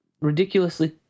ridiculously